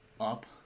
up